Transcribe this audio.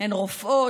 הן רופאות,